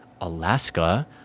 Alaska